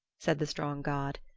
said the strong god.